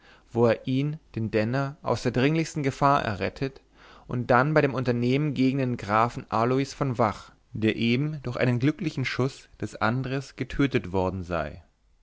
wo er ihn den denner aus der dringendsten gefahr errettet und dann bei dem unternehmen gegen den grafen aloys von vach der eben durch einen glücklichen schuß des andres getötet worden sei